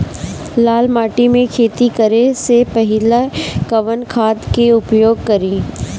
लाल माटी में खेती करे से पहिले कवन खाद के उपयोग करीं?